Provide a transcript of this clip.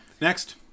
Next